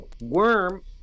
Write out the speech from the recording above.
Worm